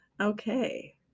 Okay